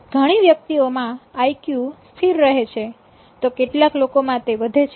ઘણી વ્યક્તિઓમાં આઇકયુ સ્થિર રહે છે તો કેટલાક લોકોમાં તે વધે છે